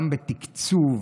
גם בתקצוב,